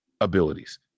abilities